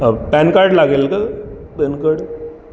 pan card लागेल का PAN card